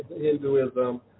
Hinduism